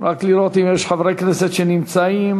רק לראות אם חברי הכנסת נמצאים.